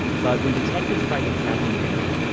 but when detectives tried to track him down,